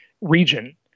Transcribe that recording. region